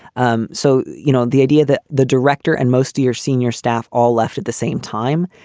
um so, you know, the idea that the director and most of your senior staff all left at the same time,